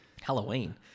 Halloween